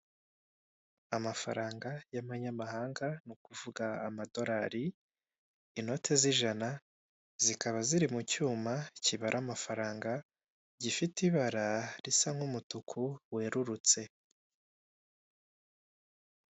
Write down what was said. Amafaranga y'amanyamahanga nukuvuga amadorali, inote z'ijana zikaba ziri mu cyuma kibara amafaranga gifite ibara risa nk'umutuku werurutse.